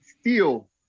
steel